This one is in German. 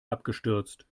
abgestürzt